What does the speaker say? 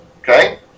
Okay